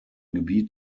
gebiet